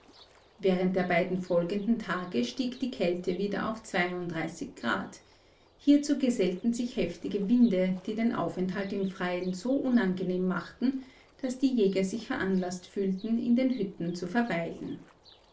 während der beiden folgenden tage stieg die kälte wieder auf grad hierzu gesellten sich heftige winde die den aufenthalt im freien so unangenehm machten daß die jäger sich veranlaßt fühlten in den hütten zu verweilen